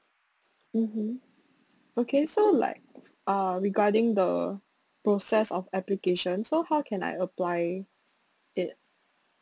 mmhmm okay so like uh regarding the process of application so how can I apply it